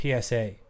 PSA